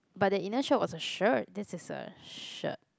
but the inner shirt was a shirt this is a shirt